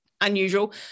unusual